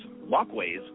walkways